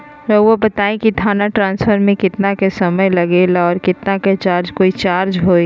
रहुआ बताएं थाने ट्रांसफर में कितना के समय लेगेला और कितना के चार्ज कोई चार्ज होई?